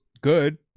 good